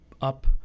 up